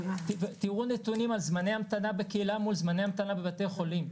תראו נתונים על זמני המתנה בקהילה מול זמני המתנה בבתי חולים,